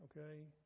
okay